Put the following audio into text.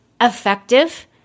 effective